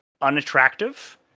unattractive